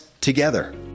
together